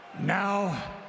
now